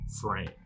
frame